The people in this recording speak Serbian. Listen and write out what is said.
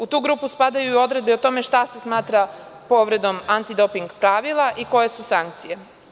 U tu grupu spadaju i odredbe o tome šta se smatra povredom antidoping pravila i koje su sankcije.